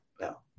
No